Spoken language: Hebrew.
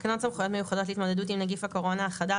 תקנות סמכויות מיוחדות להתמודדות עם נגיף הקורונה החדש,